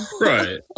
right